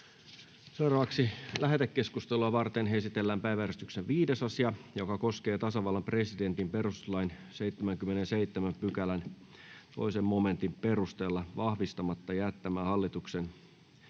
— Kiitos. Lähetekeskustelua varten esitellään päiväjärjestyksen 5. asia, joka koskee tasavallan presidentin perustuslain 77 §:n 2 momentin perusteella vahvistamatta jättämää hallituksen